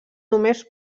només